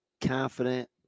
confident